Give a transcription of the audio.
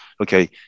okay